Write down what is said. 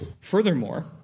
Furthermore